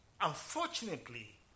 Unfortunately